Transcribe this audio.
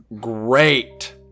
Great